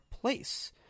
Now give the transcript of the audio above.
place